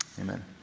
Amen